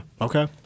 Okay